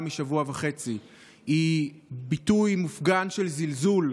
משבוע וחצי היא ביטוי מופגן של זלזול,